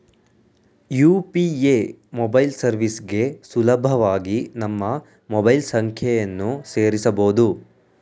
UPA mobile ಸರ್ವಿಸ್ಗೆ ಸುಲಭವಾಗಿ ನಮ್ಮ ಮೊಬೈಲ್ ಸಂಖ್ಯೆಯನ್ನು ಸೇರಸಬೊದು